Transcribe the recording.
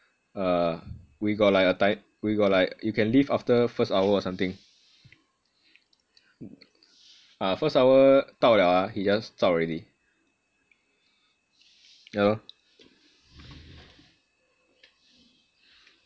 uh we got like a ti~ we got like you can leave after first hour or something ah first hour 到了 ah he just zao already yah lor